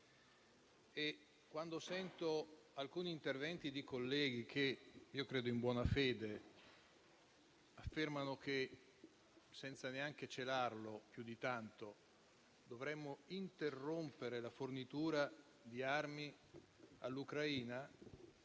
Quando sento alcuni interventi di colleghi che - credo in buona fede - affermano, senza neanche celarlo più di tanto, che dovremmo interrompere la fornitura di armi all'Ucraina,